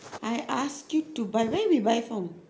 I ask you to buy where we buy from